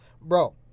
Bro